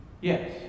Yes